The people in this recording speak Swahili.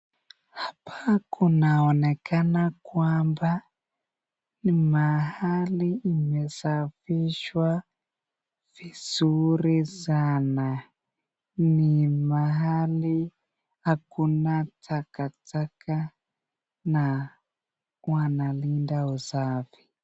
Hapa kunaonekana kwamba ni mahali imesafishwa vizuri sana, ni mahali hakuna takataka na wanalinda usafi.